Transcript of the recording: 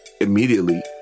immediately